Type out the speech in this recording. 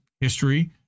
history